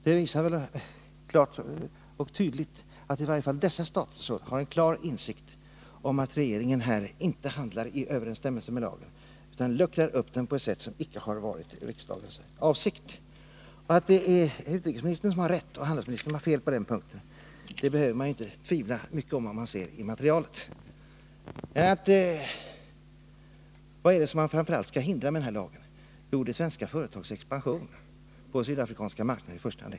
Det visar klart och tydligt att i varje fall dessa statsråd har en klar insikt om att regeringen här inte handlar i överensstämmelse med lagen utan luckrar upp den på ett sätt som icke varit riksdagens avsikt. Och att det är utrikesministern som har rätt och handelsministern som har fel på den punkten behöver man inte tvivla på — det framgår av materialet. Vad är det som man framför allt vill hindra med den här lagen? Jo, i första hand de redan etablerade svenska företagens expansion på den sydafrikanska marknaden.